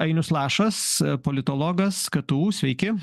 ainius lašas politologas k t u sveiki